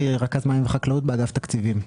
רכז מים וחקלאות באגף תקציבים.